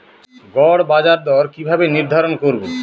গড় বাজার দর কিভাবে নির্ধারণ করব?